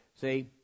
See